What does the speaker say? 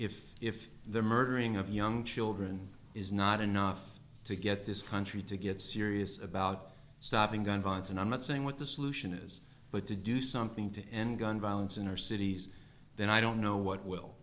if if the murdering of young children is not enough to get this country to get serious about stopping gun violence and i'm not saying what the solution is but to do something to end gun violence in our cities then i don't know what will